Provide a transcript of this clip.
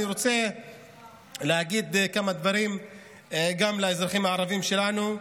אני רוצה להגיד כמה דברים גם לאזרחים הערבים שלנו.